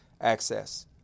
access